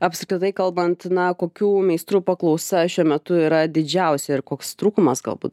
apskritai kalbant na kokių meistrų paklausa šiuo metu yra didžiausia ir koks trūkumas galbūt